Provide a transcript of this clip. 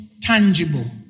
tangible